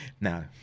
no